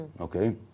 Okay